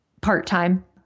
part-time